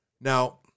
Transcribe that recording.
Now